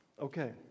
Okay